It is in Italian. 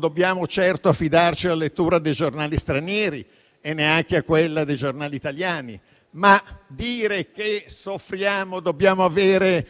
dobbiamo certo affidarci alla lettura dei giornali stranieri e neanche a quella dei giornali italiani, ma non si può dire che soffriamo e dobbiamo avere